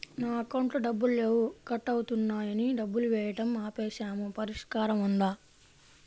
నా అకౌంట్లో డబ్బులు లేవు కట్ అవుతున్నాయని డబ్బులు వేయటం ఆపేసాము పరిష్కారం ఉందా?